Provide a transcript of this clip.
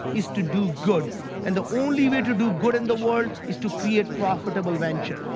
is to do good and the only way to do good in the world is to create profitable venture.